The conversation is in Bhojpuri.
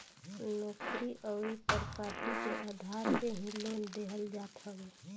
नोकरी अउरी प्रापर्टी के आधार पे ही लोन देहल जात हवे